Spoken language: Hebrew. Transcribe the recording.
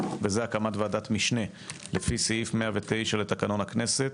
וזה הקמת ועדת משנה לפי סעיף 109 לתקנון הכנסת,